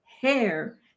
hair